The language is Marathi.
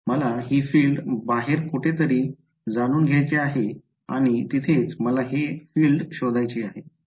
मला हि फील्ड बाहेर कोठेतरी जाणून घ्यायचे आहे आणि तिथेच मला हे फील्ड शोधायचे आहे